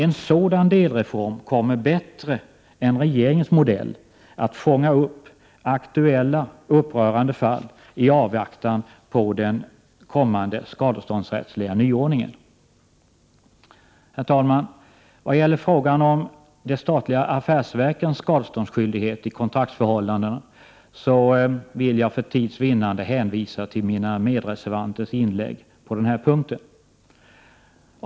En sådan delreform kommer bättre än regeringens modell att fånga upp aktuella upprörande fall i avvaktan på den kommande skadeståndsrättsliga nyordningen. Herr talman! Vad gäller frågan om de statliga affärsverkens skadeståndsskyldighet i kontraktsförhållanden vill jag för tids vinnande hänvisa till mina medreservanters inlägg på denna punkt.